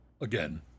again